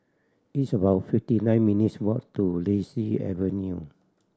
it's about fifty nine minutes' walk to Daisy Avenue